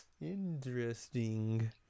Interesting